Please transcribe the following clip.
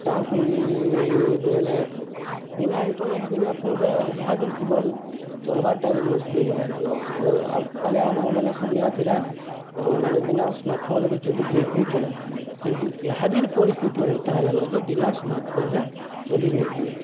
କାଁ କରି ବୋଏଲେ ବିନା ଇଣ୍ଟର୍ନେଟ୍ ବିନା ଫୋନ୍ରେ ଦି ଜୀବନ୍ ଚଲ୍ବାର୍ଟା ବି ମୁସ୍କିଲ୍ ହେଇଗଲାନ ଆଗ ଆଗ କାଲେ ଆମର୍ ମାନେ ସମିଆ ଥିଲା ଆମେ ମାନେ ବିନା ସ୍ମାର୍ଟ୍ଫୋନ୍ରେ ବି ଚଲି ଯେଇ ହଉଥିଲା କିନ୍ତୁ ଇହାଦେର୍ ପରିସ୍ଥିତି ଏନ୍ତା ହେଲାନ ଯେ ବିନା ସ୍ମାର୍ଟ୍ଫୋନ୍ରେ ଚଲିି ନି ହୁଏ